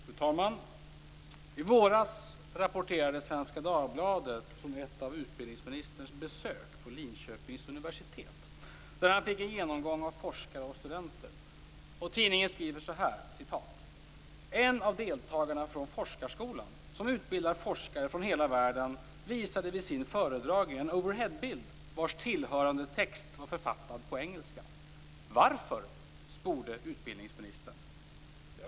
Fru talman! I våras rapporterade Svenska Dagbladet från ett av utbildningsministerns besök på Linköpings universitet, där han fick en genomgång av forskare och studenter. Tidningen skriver så här: "En av deltagarna från forskarskolan, som utbildar forskare från hela världen, visade vid sin föredragning en overheadbild vars tillhörande text var författad på engelska. - Varför, sporde utbildningsministern.